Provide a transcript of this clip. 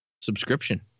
subscription